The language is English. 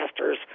masters